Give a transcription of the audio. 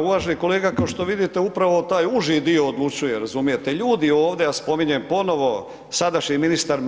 Pa uvaženi kolega, kao što vidite, upravo taj uži dio odlučuje, razumijete, ljudi ovdje a spominjem ponovo sadašnji ministar,